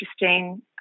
interesting